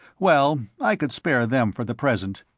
well, i could spare them for the present.